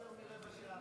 שהדגל הזה מתועב.